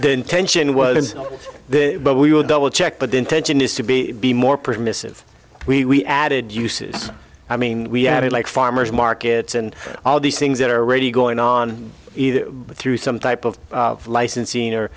the intention was there but we will double check but the intention is to be the more permissive we added uses i mean we added like farmer's markets and all these things that are already going on either through some type of licens